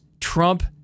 Trump